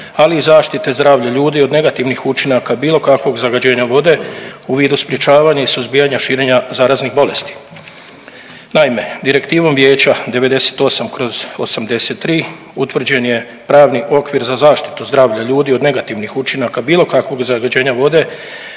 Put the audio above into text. ali i zaštite zdravlja ljudi od negativnih učinaka bilo kakvog zagađenja vode u vidu sprječavanja i suzbijanja širenja zaraznih bolesti. Naime, Direktivom Vijeća 98/83 utvrđen je pravni okvir za zaštitu zdravlja ljudi od negativnih učinaka bilo kakvog zagađenja vode